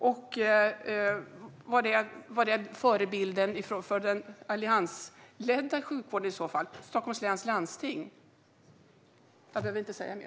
Vilken är förebilden för den alliansledda sjukvården - Stockholms läns landsting? Jag tror inte att jag behöver säga mer.